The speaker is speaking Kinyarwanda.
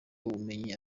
ubumenyi